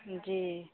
जी